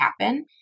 happen